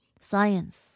science